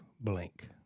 blank